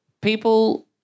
people